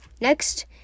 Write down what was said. next